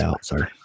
sorry